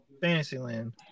Fantasyland